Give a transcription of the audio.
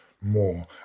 more